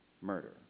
murder